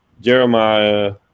Jeremiah